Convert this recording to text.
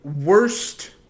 worst